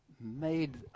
made